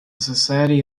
society